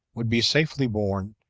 would be safely born,